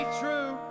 true